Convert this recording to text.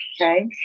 Okay